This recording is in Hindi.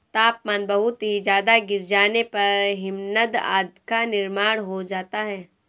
तापमान बहुत ही ज्यादा गिर जाने पर हिमनद आदि का निर्माण हो जाता है